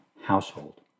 household